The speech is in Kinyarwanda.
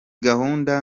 gahunda